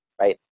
right